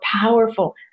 powerful